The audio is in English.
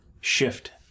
shift